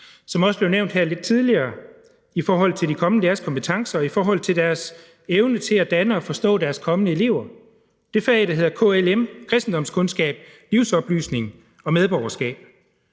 som også blev nævnt her lidt tidligere, i forhold til de kommende læreres kompetencer og i forhold til deres evne til at danne og forstå deres kommende elever – det fag, der hedder KLM, kristendomskundskab, livsoplysning og medborgerskab.